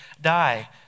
die